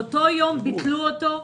באותו יום ביטלו אותו.